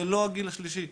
זה לא הגיל השלישי,